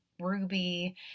Ruby